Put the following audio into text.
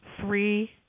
three